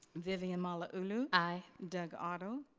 vivian malauulu. i. doug otto.